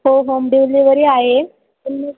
हो home delivery आहे पण